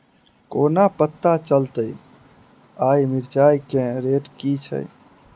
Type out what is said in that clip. कोना पत्ता चलतै आय मिर्चाय केँ रेट की छै?